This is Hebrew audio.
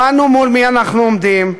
הבנו מול מי אנחנו עומדים.